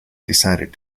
decided